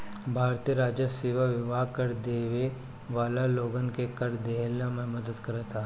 भारतीय राजस्व सेवा विभाग कर देवे वाला लोगन के कर देहला में मदद करत हवे